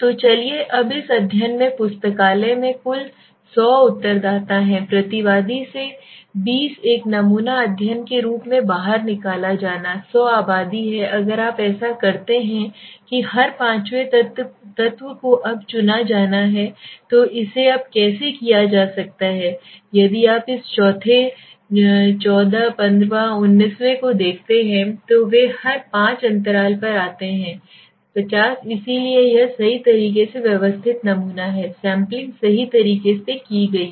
तो चलिए अब इस अध्ययन में पुस्तकालय में कुल 100 उत्तरदाता हैं प्रतिवादी से बीस एक नमूना अध्ययन के रूप में बाहर निकाला जाना 100 आबादी है अगर आप ऐसा करते हैं कि हर पांचवें तत्व को अब चुना जाना है तो इसे अब कैसे किया जा सकता है यदि आप इस चौथे चौदह चौदह पंद्रहवें उन्नीसवें को देखते हैं तो वे हर पांच अंतराल पर जाते हैं ५० इसलिए यह सही तरीके से व्यवस्थित नमूना सैंपलिंग सही तरीके से की गई है